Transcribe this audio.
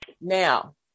Now